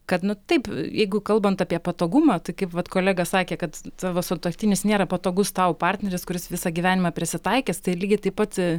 kad nu taip jeigu kalbant apie patogumą tai kaip vat kolega sakė kad tavo sutuoktinis nėra patogus tau partneris kuris visą gyvenimą prisitaikys tai lygiai taip pat